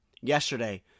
yesterday